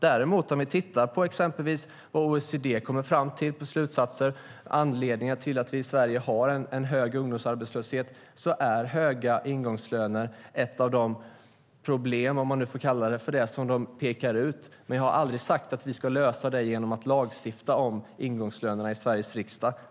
Däremot, om vi tittar på exempelvis vad OECD kommer fram till för slutsatser och anledningar till att vi i Sverige har en hög ungdomsarbetslöshet så är höga ingångslöner ett av de problem, om man nu får kalla det för det, som de pekar ut. Men jag har aldrig sagt att vi ska lösa det genom att lagstifta om ingångslönerna i Sveriges riksdag.